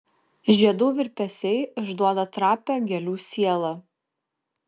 žiedų virpesiai išduoda trapią gėlių sielą